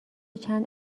چند